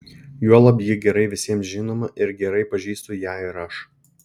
juolab ji gerai visiems žinoma ir gerai pažįstu ją ir aš